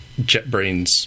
JetBrains